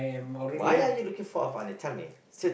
why are you looking for a partner tell me straight